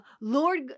Lord